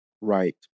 Right